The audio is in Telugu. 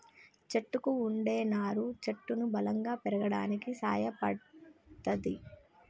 చెట్టుకు వుండే నారా చెట్టును బలంగా పెరగడానికి సాయపడ్తది